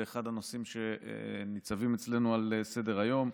בהחלט, זה אחד הנושאים שניצבים אצלנו על סדר-היום.